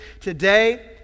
today